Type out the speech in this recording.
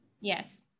Yes